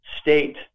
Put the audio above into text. state